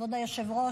כבוד היושב-ראש,